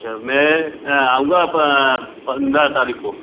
अच्छा मैं आऊँगा पन्द्रह तारीख़ को